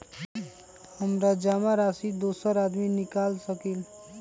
हमरा जमा राशि दोसर आदमी निकाल सकील?